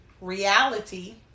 reality